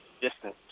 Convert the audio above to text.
distance